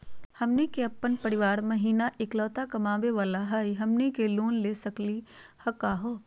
हमनी के अपन परीवार महिना एकलौता कमावे वाला हई, हमनी के लोन ले सकली का हो?